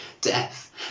death